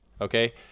Okay